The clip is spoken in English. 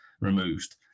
removed